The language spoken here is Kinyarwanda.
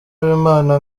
w’imana